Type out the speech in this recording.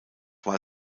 war